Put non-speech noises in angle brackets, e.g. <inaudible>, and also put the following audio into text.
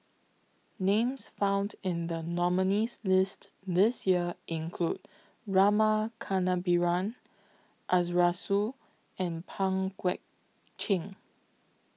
Names found in The nominees list This Year include Rama Kannabiran <unintelligible> and Pang Guek Cheng